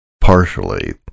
partially